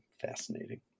fascinating